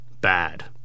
Bad